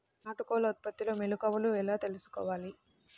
నాటుకోళ్ల ఉత్పత్తిలో మెలుకువలు ఎలా తెలుసుకోవాలి?